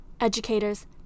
educators